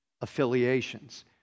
affiliations